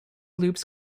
loops